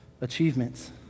Achievements